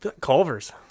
culver's